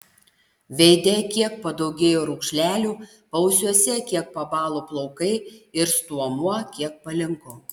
veide kiek padaugėjo raukšlelių paausiuose kiek pabalo plaukai ir stuomuo kiek palinko